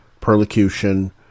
perlocution